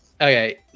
Okay